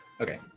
Okay